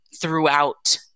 throughout